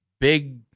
big